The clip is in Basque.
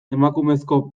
emakumezko